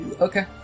Okay